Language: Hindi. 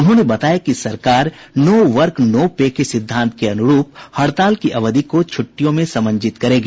उन्होंने बताया कि सरकार नो वर्क नो पे के सिद्वांत के अनुरूप हड़ताल की अवधि को छुट्टियों में समंजित करेगी